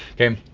okay,